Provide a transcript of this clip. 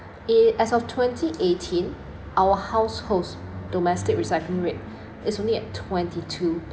eh as of twenty eighteen our households domestic recycling rate is only at twenty two per~